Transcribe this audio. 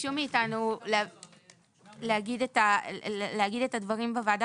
שביקשו מאיתנו להגיד את הדברים בוועדה